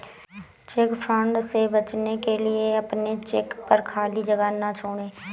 check fraud से बचने के लिए अपने चेक पर खाली जगह ना छोड़ें